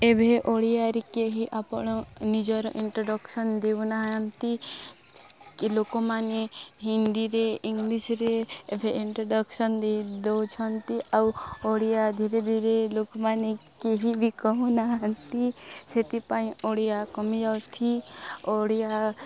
ଏବେ ଓଡ଼ିଆରେ କେହି ଆପଣ ନିଜର ଇଣ୍ଟ୍ରୋଡ଼କ୍ସନ୍ ଦେଉନାହାନ୍ତି କି ଲୋକମାନେ ହିନ୍ଦୀରେ ଇଂଲିଶରେ ଏବେ ଇଣ୍ଟ୍ରୋଡ଼କ୍ସନ୍ ଦେଇ ଦଉଛନ୍ତି ଆଉ ଓଡ଼ିଆ ଧୀରେ ଧୀରେ ଲୋକମାନେ କେହି ବି କହୁ ନାହାନ୍ତି ସେଥିପାଇଁ ଓଡ଼ିଆ କମି ଯାଉଛି ଓଡ଼ିଆ